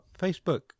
Facebook